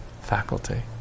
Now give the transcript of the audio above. faculty